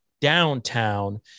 downtown